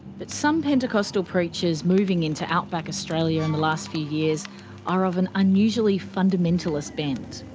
but some pentecostal preachers moving into outback australia in the last few years are of an unusually fundamentalist bent.